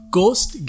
ghost